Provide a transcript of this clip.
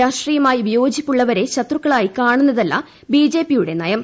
രാഷ്ട്രീയമായി വിയോജിപ്പുള്ളവരെ ശത്രുക്കളായി കാണുന്നതല്ല ബിജെപിയുടെ നയം